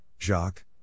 Jacques